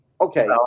okay